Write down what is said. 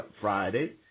Friday